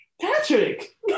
Patrick